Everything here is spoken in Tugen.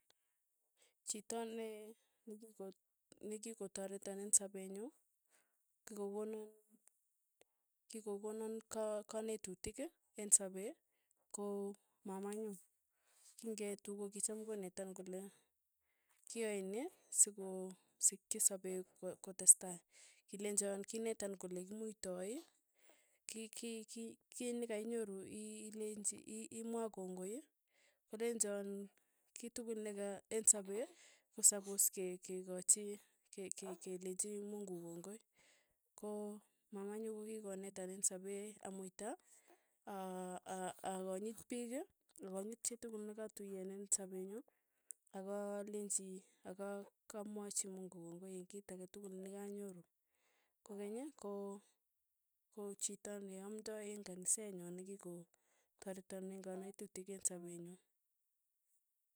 Chito ne nekiko nekikotareton eng' sapee nyu ko konan kikokonan ka- kanetutik eng' sapee, ko mamanyu, king'eetu kokicham konetan kole kiyae ni sikosikchi sapee kotestai, kilenchon kinetan kole kimuitai. ki- ki- ki- kinekainyoru ii leenchi iiimwaa kongoi ii, kolenchan ei tukul neka eng' sapee ko sapos ke- kekachi ke- ke- kelechi mungu kongoi, ko mamanyu kokikonetan eng' sapee amuita, a- a akanyit piik, akanyit chitukul nakatuyeen eng' sapee nyu, akalenchi aka kamwachi mungu kongoi eng' kit ake tukul nakanyoru, kokenyi, ko- ko chito ne amndai eng' kaniset nyo nekiko tareton eng' kanetutik eng' sapee nyu.